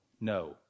No